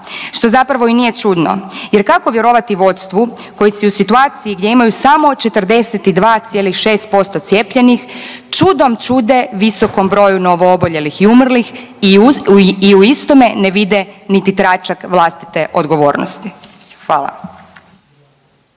što zapravo i nije čudno jer kako vjerovati vodstvu koje se u situaciji gdje imaju samo 42,6% cijepljenih čudom čude visokom broju novooboljelih i umrlih i u istome ne vide niti tračak vlastite odgovornosti. Hvala.